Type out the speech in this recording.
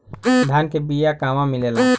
धान के बिया कहवा मिलेला?